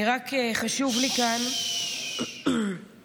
רק חשוב לי לציין